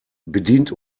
bedient